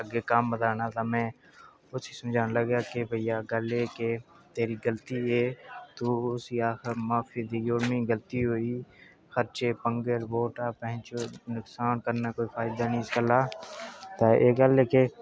अग्गै कम्म बधाना ते में उसी समझान लगेआ कि भइया गल्ल एह् ऐ कि तेरी गलती एह् कि तू उसी आख खर्चे पंगे रिपोटां नुक्सान करना कोई फायदा निं इस गल्ला ते एह् गल्ल के